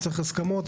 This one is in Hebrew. צריך הסכמות.